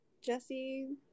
Jesse